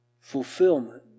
fulfillment